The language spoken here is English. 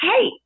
hey